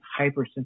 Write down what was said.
hypersensitivity